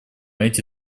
эти